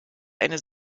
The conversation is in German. eine